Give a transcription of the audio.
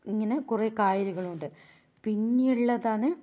ഇങ്ങനെ കുറെ കായലുകളുണ്ട് പിന്നെയുള്ളതാണ്